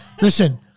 Listen